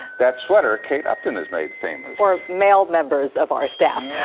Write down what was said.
that sweater kate upton has made famous. or male members of our staff.